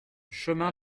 chemin